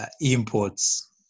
imports